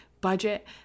budget